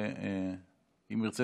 אם ירצה,